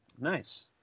Nice